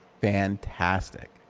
fantastic